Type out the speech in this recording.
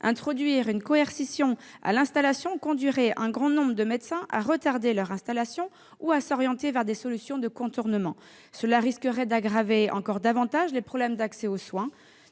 introduire une coercition conduirait un grand nombre de médecins à retarder leur installation ou à s'orienter vers des solutions de contournement. Le risque serait ainsi d'aggraver encore davantage les problèmes d'accès aux soins.